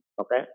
Okay